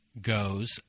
goes